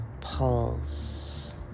Pulse